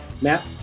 Matt